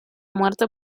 muerte